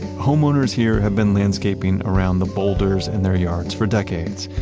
homeowners here had been landscaping around the boulders in their yards for decades,